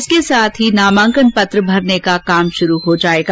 इसके साथ ही नामांकन पत्र भरने का काम शुरू हो जायेगा